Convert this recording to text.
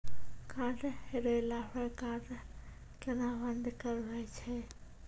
Card हेरैला पर card केना बंद करबै छै?